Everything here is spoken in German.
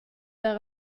der